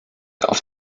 auf